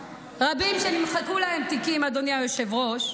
אדוני היושב-ראש,